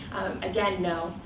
again, no,